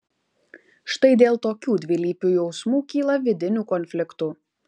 štai dėl tokių dvilypių jausmų kyla vidinių konfliktų